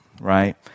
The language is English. right